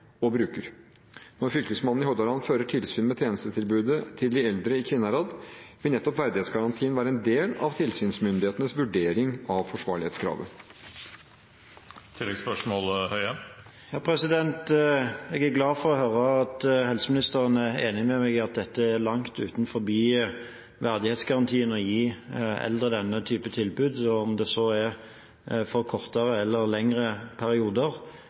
og bruker. Når Fylkesmannen i Hordaland fører tilsyn med tjenestetilbudet til de eldre i Kvinnherad, vil nettopp verdighetsgarantien være en del av tilsynsmyndighetenes vurdering av forsvarlighetskravet. Jeg er glad for å høre at helseministeren er enig med meg i at det er langt utenfor verdighetsgarantien å gi eldre denne type tilbud, enten det er for kortere eller lengre perioder.